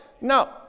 No